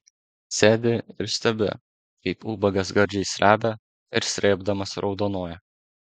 sėdi ir stebi kaip ubagas gardžiai srebia ir srėbdamas raudonuoja